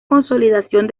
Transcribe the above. consolidación